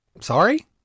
Sorry